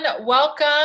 welcome